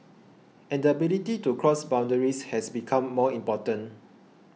and the ability to cross boundaries has become more important